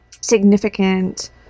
significant